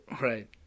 Right